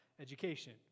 education